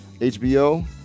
HBO